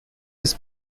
his